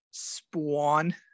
Spawn